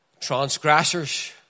transgressors